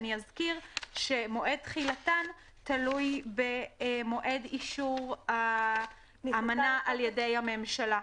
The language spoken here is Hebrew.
אני אזכיר שמועד תחילתן תלוי במועד אישור האמנה על ידי הממשלה.